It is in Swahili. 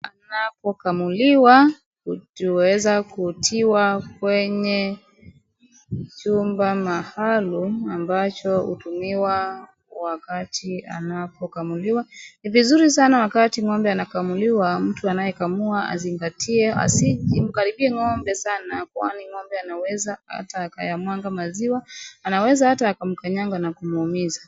Inapokamuliwa, ikiweza kutiwa kwenye chumba maalum ambacho hutumiwa wakati anapokamuliwa, ni vizuri sana wakati ng'ombe anakamuliwa, mtu anayekamua azingatie, asimkaribie ng'ombe sana kwani ng'ombe anaweza ata akayamwaga maziwa, anaweza ata akamkanyanga na kumuumiza.